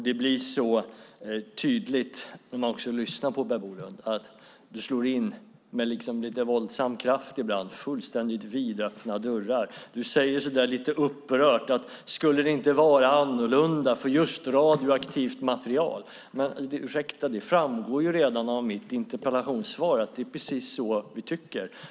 Det blir så tydligt när man lyssnar på dig, Per Bolund, att du slår in - med våldsam kraft ibland - fullständigt vidöppna dörrar. Du säger lite upprört: Skulle det inte vara annorlunda för just radioaktivt material? Ursäkta, men det framgår redan av mitt interpellationssvar att det är precis så vi tycker.